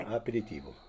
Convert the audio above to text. aperitivo